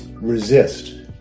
resist